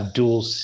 dual